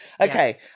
Okay